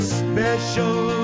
special